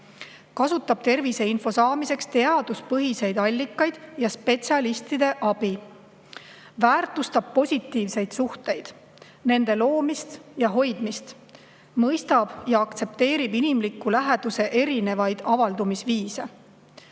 kasutab terviseinfo saamiseks teaduspõhiseid allikaid ja spetsialistide abi, väärtustab positiivseid suhteid, nende loomist ja hoidmist, mõistab ja aktsepteerib inimliku läheduse avaldumise